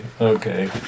okay